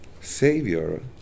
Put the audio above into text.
Savior